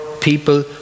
people